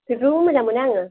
बेखौबो मोजां मोनो आङो